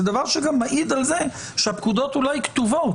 זה גם מעיד על זה שהפקודות אולי כתובות,